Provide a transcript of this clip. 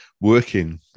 working